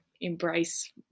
embrace